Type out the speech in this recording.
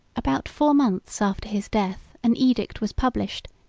about four months after his death, an edict was published,